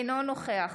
אינו נוכח